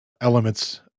elements